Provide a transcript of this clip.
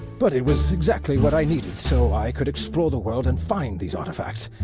but it was exactly what i needed so i could explore the world and find these artifacts,